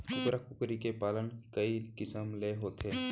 कुकरा कुकरी के पालन कई किसम ले होथे